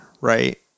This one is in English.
right